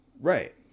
Right